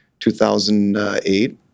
2008